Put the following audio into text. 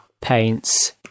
paints